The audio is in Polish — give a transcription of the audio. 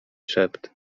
szept